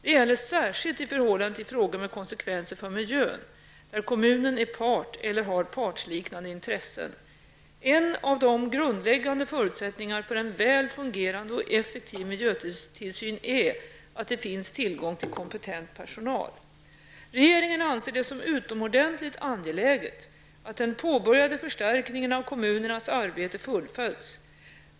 Det gäller särskilt i förhållande till frågor med konsekvenser för miljön där kommunen är part eller har partsliknande intressen. En av de grundläggande förutsättningarna för en väl fungerande och effektiv miljötillsyn är att det finns tillgång till kompetent personal. Regeringen anser det som utomordentligt angeläget att den påbörjade förstärkningen av kommunernas arbete fullföljs.